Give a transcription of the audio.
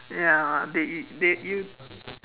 ya they they you